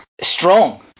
strong